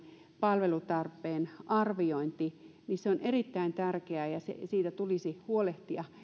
palvelutarpeen arviointi on erittäin tärkeää ja siitä tulisi huolehtia